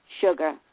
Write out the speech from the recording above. sugar